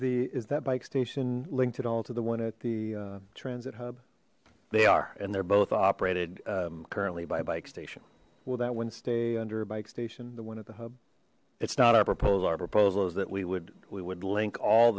the is that bike station linked it all to the one at the transit hub they are and they're both operated currently by a bike station well that one stay under a bike station the one at the hub it's not our proposed our proposals that we would we would link all